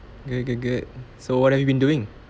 good good good so what have you been doing